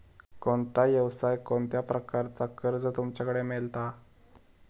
कोणत्या यवसाय कोणत्या प्रकारचा कर्ज तुमच्याकडे मेलता?